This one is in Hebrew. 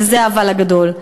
וזה האֲבָל הגדול,